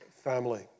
family